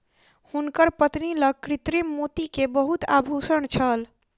हुनकर पत्नी लग कृत्रिम मोती के बहुत आभूषण छल